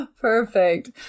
perfect